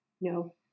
No